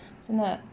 真的